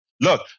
Look